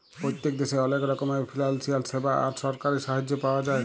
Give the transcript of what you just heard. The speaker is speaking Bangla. পত্তেক দ্যাশে অলেক রকমের ফিলালসিয়াল স্যাবা আর সরকারি সাহায্য পাওয়া যায়